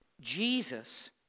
Jesus